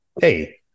Hey